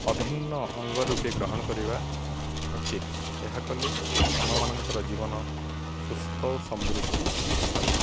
ଅଭିନ୍ନ ଅଙ୍ଗ ରୂପେ ଗ୍ରହଣ କରିବା ଉଚିତ୍ ଏହା କଲେ ଆମମାନଙ୍କର ଜୀବନ ସୁସ୍ଥ ଓ ସମୃଦ୍ଧି ହେବ